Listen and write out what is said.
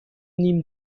نیم